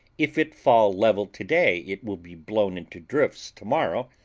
if it fall level to-day, it will be blown into drifts to-morrow,